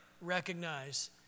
recognize